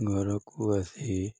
ଘରକୁ ଆସି